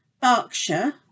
Berkshire